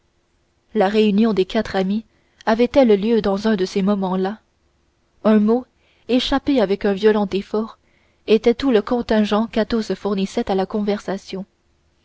la réunion des quatre amis avait-elle lieu dans un de ces moments-là un mot échappé avec un violent effort était tout le contingent qu'athos fournissait à la conversation